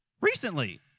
recently